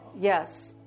yes